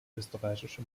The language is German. österreichische